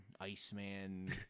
Iceman